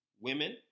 Women